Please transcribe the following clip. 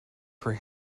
for